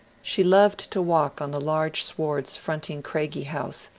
she loved to walk on the large swards fronting craigie house,